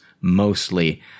mostly